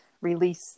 release